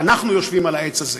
ואנחנו יושבים על העץ הזה.